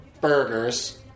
burgers